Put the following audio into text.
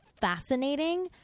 fascinating